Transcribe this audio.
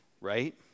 right